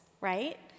right